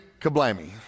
kablammy